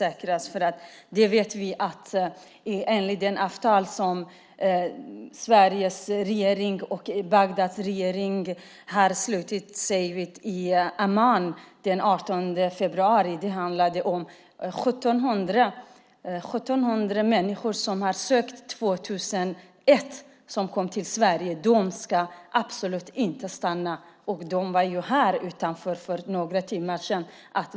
Vi vet nämligen att enligt det avtal som Sveriges regering och Bagdads regering slöt i Amman den 18 februari handlar det om 1 700 människor som kom till Sverige 2001 och ansökte om uppehållstillstånd men som absolut inte får stanna. De stod här utanför för några timmar sedan.